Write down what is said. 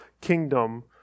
kingdom